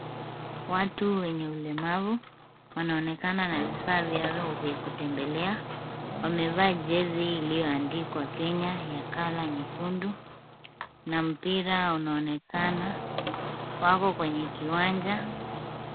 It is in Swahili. Watu wenye ulemavu wanaonekana na vifaa vyao vya kutembelea. Wamevaaa jezi iliyoandikwa Kenya ya colour nyekundu na mpira unaonekana wako kwenye kiwanja.